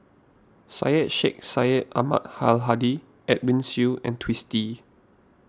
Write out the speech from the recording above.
Syed Sheikh Syed Ahmad Al Hadi Edwin Siew and Twisstii